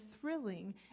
thrilling